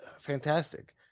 fantastic